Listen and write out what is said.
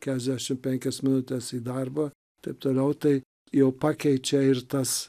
keturiasdešimt penkias minutes į darbą taip toliau tai jau pakeičia ir tas